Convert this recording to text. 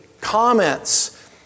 comments